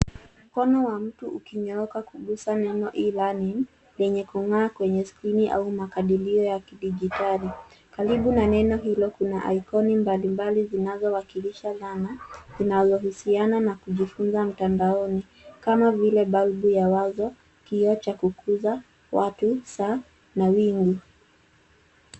Mkono wa mtu ukinyooka kugusa neno E-LEARNING lenye kung'aa kwenye skrini au makadilio ya kidijitali karibu na neno hilo kuna ikoni mbalimbali zinazo wakilisha dhana zinazo hisiana na ya kujifunza mtandaoni kama vile balbu ya wazo, kioo cha ku kuza watu, saa na wivu.